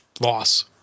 loss